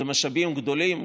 אלה משאבים גדולים,